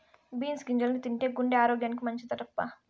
beans గింజల్ని తింటే గుండె ఆరోగ్యానికి మంచిదటబ్బా